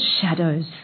shadows